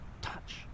touch